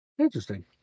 interesting